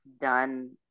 done